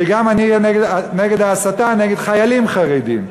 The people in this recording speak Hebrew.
שגם אני אהיה נגד ההסתה נגד חיילים חרדים.